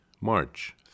March